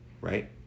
right